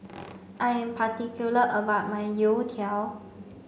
I am particular about my Youtiao